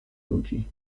ludzi